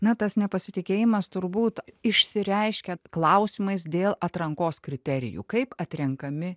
na tas nepasitikėjimas turbūt išsireiškia klausimais dėl atrankos kriterijų kaip atrenkami